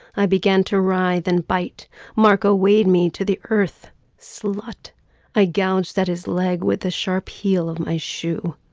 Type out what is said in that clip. i began to cry then bite marco weighed me to the earth slut i gouged that his leg with a sharp heel of my shoe.